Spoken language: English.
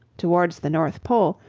towards the north pole,